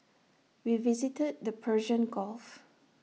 we visited the Persian gulf